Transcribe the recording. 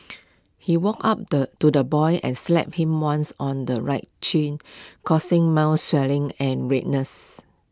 he walked up the to the boy and slapped him once on the right cheek causing mild swelling and redness